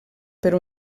per